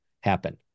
happen